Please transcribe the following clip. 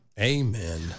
Amen